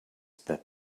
that